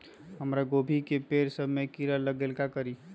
हमरा गोभी के पेड़ सब में किरा लग गेल का करी?